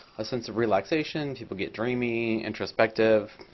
a sense of relaxation. people get dreamy, introspective,